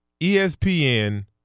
ESPN